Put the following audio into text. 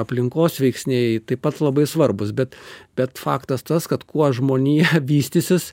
aplinkos veiksniai taip pat labai svarbūs bet bet faktas tas kad kuo žmonija vystysis